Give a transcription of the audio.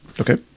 okay